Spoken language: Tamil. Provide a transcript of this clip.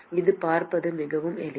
இதை பார்ப்பது மிகவும் எளிது